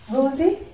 Rosie